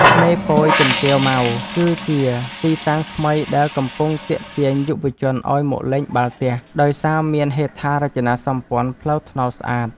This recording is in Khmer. ឆ្នេរពយជំទាវម៉ៅគឺជាទីតាំងថ្មីដែលកំពុងទាក់ទាញយុវជនឱ្យមកលេងបាល់ទះ ដោយសារមានហេដ្ឋារចនាសម្ព័ន្ធផ្លូវថ្នល់ស្អាត។